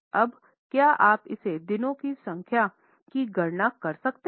अब क्या आप इसे दिनों की संख्या में गणना कर सकते हैं